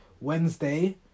Wednesday